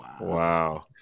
Wow